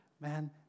man